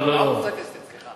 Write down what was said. טעות סטטיסטית, סליחה.